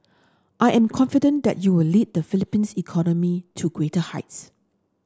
I am confident that you will lead the Philippines economy to greater heights